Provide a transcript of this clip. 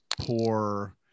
poor